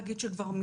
להגיד לך שהכל